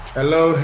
hello